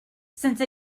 since